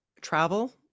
travel